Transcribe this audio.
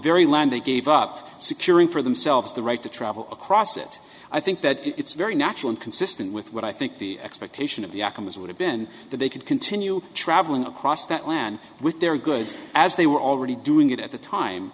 very land they gave up securing for themselves the right to travel across it i think that it's very natural and consistent with what i think the expectation of the activists would have been that they could continue traveling across that land with their goods as they were already doing it at the